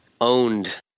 owned